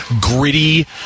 gritty